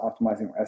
optimizing